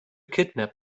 kidnap